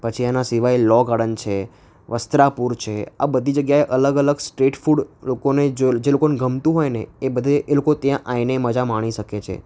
પછી એના સિવાય લો ગાર્ડન છે વસ્ત્રાપૂર છે આ બધી જગ્યાએ અલગ અલગ સ્ટ્રીટ ફૂડ લોકોને જો જે લોકોને ગમતું હોયને એ બધે એ લોકો ત્યાં આવીને મજા માણી શકે છે